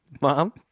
Mom